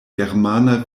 germana